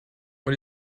und